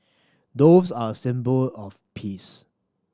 doves are a symbol of peace